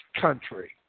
country